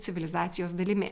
civilizacijos dalimi